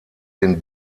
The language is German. den